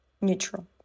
neutral